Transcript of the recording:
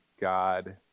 God